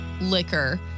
liquor